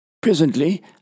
Presently